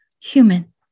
human